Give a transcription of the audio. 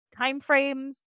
timeframes